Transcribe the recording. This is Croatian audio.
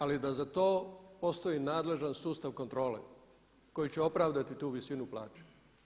Ali da za to postoji nadležan sustav kontrole koji će opravdati tu visinu plaće.